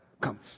comes